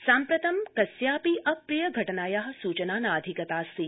साम्प्रतं कस्मापि अप्रियघटनाया सूचना नाधिगतास्ति